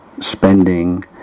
spending